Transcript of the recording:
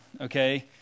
Okay